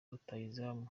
rutahizamu